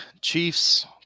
chiefs